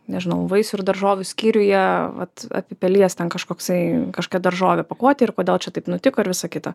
nežinau vaisių ir daržovių skyriuje vat apipelijęs ten kažkoksai kažkokia daržovė pakuotėj ir kodėl čia taip nutiko ir visa kita